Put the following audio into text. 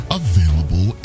available